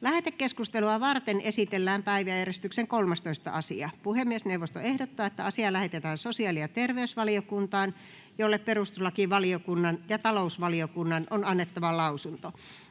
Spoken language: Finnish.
Lähetekeskustelua varten esitellään päiväjärjestyksen 13. asia. Puhemiesneuvosto ehdottaa, että asia lähetetään sosiaali- ja terveysvaliokuntaan, jolle perustuslakivaliokunnan ja talousvaliokunnan on annettava lausunto.